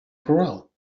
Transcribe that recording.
corral